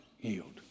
yield